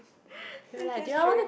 let's just drink